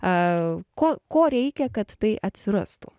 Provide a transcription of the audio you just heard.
ko ko reikia kad tai atsirastų